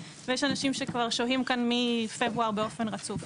ויש אנשים שכבר שוהים כאן מפברואר באופן רצוף.